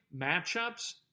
matchups